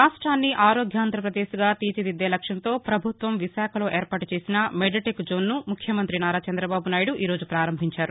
రాష్టాన్ని ఆరోగ్యాంధ్రపదేశ్గా తీర్చిదిద్దే లక్ష్యంతో ప్రభుత్వం విశాఖలో ఏర్పాటుచేసిన మెద్టెక్జోన్ను ముఖ్య మంత్రి నారా చంద్రబాబు నాయుడు ఈరోజు ప్రారంభించారు